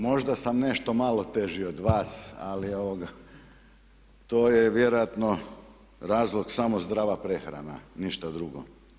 Možda sam nešto malo teži od vas ali to je vjerojatno razlog samo zdrava prehrana, ništa drugo.